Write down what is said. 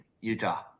Utah